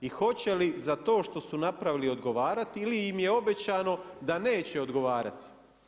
I hoće li za to što su napravili odgovarati ili im je obećano da neće odgovarati.